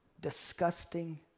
disgusting